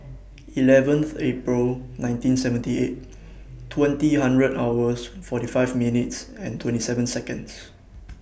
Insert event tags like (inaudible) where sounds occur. eleven (unintelligible) April nineteen seventy eight twenty hundred hours forty five minutes and twenty seven Seconds